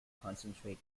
concentrate